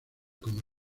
como